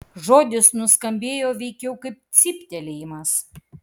žodis nuskambėjo veikiau kaip cyptelėjimas